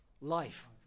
life